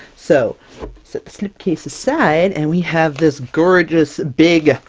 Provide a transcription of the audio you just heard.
so, set the slip-case aside, and we have this gorgeous, big,